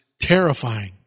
Terrifying